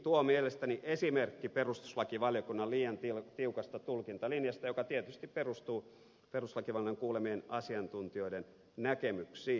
tuo mielestäni on esimerkki perustuslakivaliokunnan liian tiukasta tulkintalinjasta joka tietysti perustuu perustuslakivaliokunnan kuulemien asiantuntijoiden näkemyksiin